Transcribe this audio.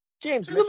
James